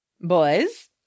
Boys